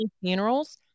funerals